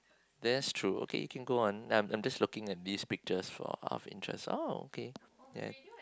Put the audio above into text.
that's true okay you can go on I'm I'm just looking at these pictures for half interest oh okay